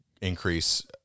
increase